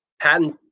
patent